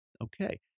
okay